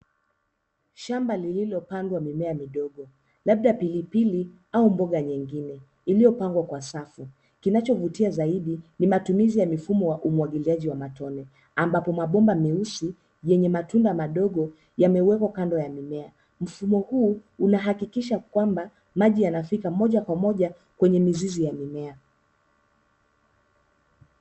Shamba lililopandwa mimea midogo, labda pilipili au mboga nyingine iliyopangwa kwa safu. Kinachovutia zaidi ni matumizi ya mifumo wa umwagiliaji wa matone ambapo mabomba meusi yenye matunda madogo yamewekwa kando ya mimea. Mfumo huu unahakikisha kwamba maji yanafika moja kwa moja kwenye mizizi ya mimea.